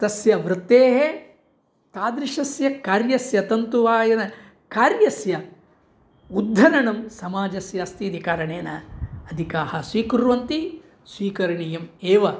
तस्य वृत्तेः तादृशस्य कार्यस्य तन्तुवायनकार्यस्य उद्धरणं समाजस्य अस्ति इति कारणेन अधिकाः स्वीकुर्वन्ति स्वीकरणीयम् एव